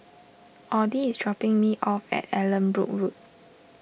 Audy is dropping me off at Allanbrooke Road